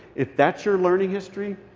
if that's your learning history,